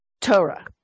Torah